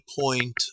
point